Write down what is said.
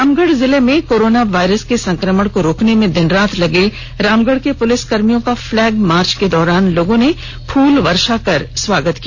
रामगढ़ जिले में corona virus के संक्रमण को रोकने में दिन रात लगे रामगढ़ के पुलिस कर्मियों का फ्लैग मार्च के दौरान लोगों ने फूल वर्षा कर स्वागत किया